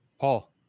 Paul